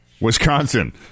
Wisconsin